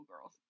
girls